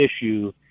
issue